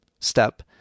step